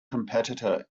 competitor